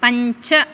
पञ्च